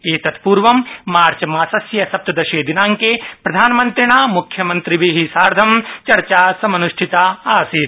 एतत्पूर्व मार्चमासस्य सप्तदशे दिनांके प्रधानमन्त्रिणा मुख्यमंत्रिभि सार्ध चर्चा समन्ष्ठिता आसीत्